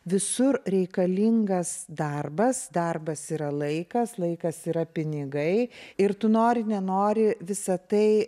visur reikalingas darbas darbas yra laikas laikas yra pinigai ir tu nori nenori visą tai